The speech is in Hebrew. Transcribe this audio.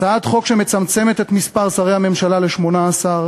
הצעת חוק שמצמצמת את מספר שרי הממשלה ל-18,